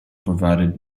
provided